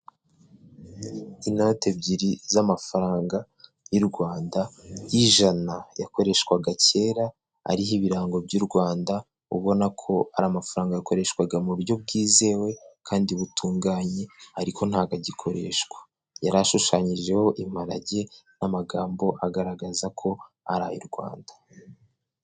Inoti ebyiri z'amafaranga y'u Rwanda, y'ijana, yakoreshwaga kera, ariho ibirango by'u Rwanda, ubona ko ari amafaranga yakoreshwaga mu buryo bwizewe kandi butunganye, ariko ntabwo agikoreshwa, yari ashushanyijeho imparage n'amagambo agaragaza ko arai ay'u Rwanda.